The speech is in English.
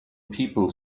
people